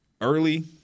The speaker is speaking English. early